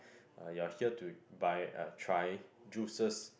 uh you are here to buy uh try juices